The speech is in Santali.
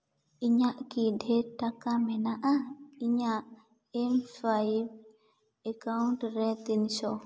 ᱤᱧᱟᱹᱜ ᱠᱤ ᱰᱷᱮᱹᱨ ᱴᱟᱠᱟ ᱢᱮᱱᱟᱜᱼᱟ ᱤᱧᱟᱹᱜ ᱮᱢᱥᱚᱣᱟᱭᱤᱯ ᱮᱠᱟᱣᱩᱱᱴ ᱨᱮ ᱛᱚᱱᱥᱚ